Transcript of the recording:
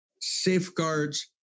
safeguards